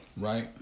Right